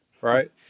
right